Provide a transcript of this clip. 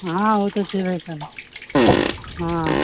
हँ ओ तऽ छेबय करय हँ